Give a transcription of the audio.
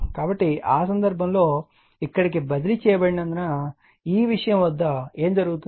కాబట్టి ఆ సందర్భంలో ఇక్కడకు బదిలీ చేయబడినందున ఈ విషయం వద్ద ఏమి జరుగుతుంది